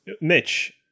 Mitch